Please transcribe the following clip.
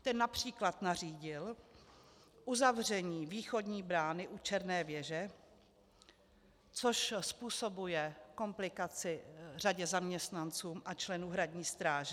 Ten například nařídil uzavření východní brány u Černé věže, což způsobuje komplikaci řadě zaměstnanců a členů hradní stráže.